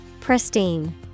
Pristine